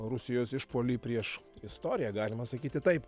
rusijos išpuolį prieš istoriją galima sakyti taip